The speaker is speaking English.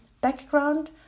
background